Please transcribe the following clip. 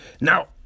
Now